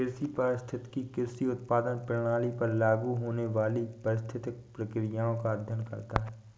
कृषि पारिस्थितिकी कृषि उत्पादन प्रणालियों पर लागू होने वाली पारिस्थितिक प्रक्रियाओं का अध्ययन करता है